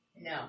No